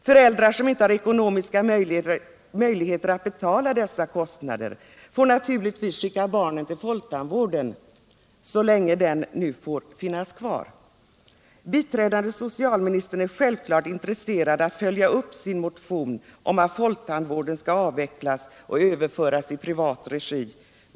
Föräldrar som inte har ekonomiska möjligheter att betala dessa kostnader får naturligtvis skicka barnen till folktandvården — så länge den finns kvar. Biträdande socialministern är självklart intresserad av att följa upp sin motion om att folktandvården skall avvecklas och överföras i privat regi.